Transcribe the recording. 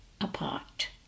apart